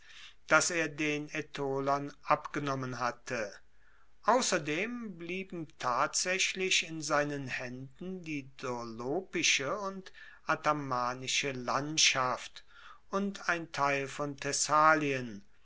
das er den aetolern abgenommen hatte ausserdem blieben tatsaechlich in seinen haenden die dolopische und athamanische landschaft und ein teil von thessalien